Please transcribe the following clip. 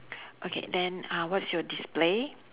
okay then uh what's your display